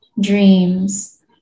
dreams